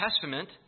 Testament